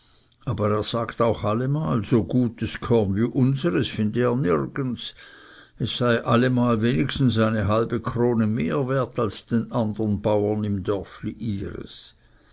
aber er sagt auch allemal so gutes korn wie unseres finde er nirgends es sei allemal wenigstens eine halbe krone mehr wert als den andern bauren im dörfli ihres